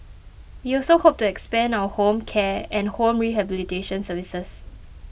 we also hope to expand our home care and home rehabilitation services